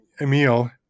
Emil